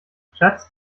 schatz